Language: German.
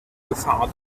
gefahr